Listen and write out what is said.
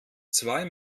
zwei